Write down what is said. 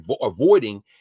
avoiding